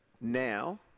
now